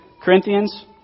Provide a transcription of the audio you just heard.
Corinthians